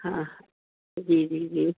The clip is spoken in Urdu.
ہاں جی جی جی